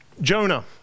Jonah